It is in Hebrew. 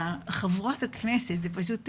לחברות הכנסת, זה פשוט מרגש,